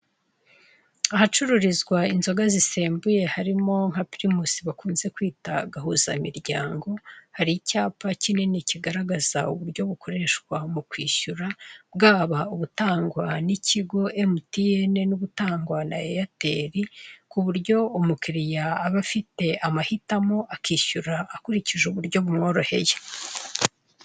Ahacururizwa inzoga zisembuye harimo nka pirimusi bakunze kwita gahuzamiryango, hari icyapa kinini kigaragaza uburyo bukoreshwa mu kwishyura, bwaba ubutangwa n'ikigo Emutiyene n'ubutangwa na Eyateri, ku buryo umukiriya aba afite amahitamo akishyura akurikije uburyo bumworoheye.